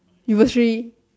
you would say